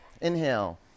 Inhale